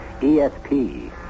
ESP